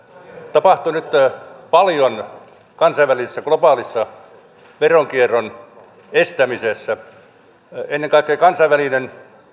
tapahtui nyt paljon kansainvälisessä globaalissa veronkierron estämisessä ennen kaikkea kansainvälinen